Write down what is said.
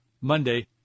Monday